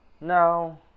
No